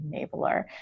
enabler